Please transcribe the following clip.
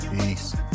peace